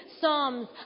Psalms